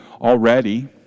already